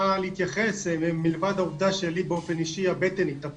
להתייחס מלבד העובדה שלי באופן אישי הבטן התהפכה.